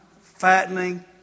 fattening